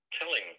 telling